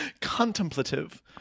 contemplative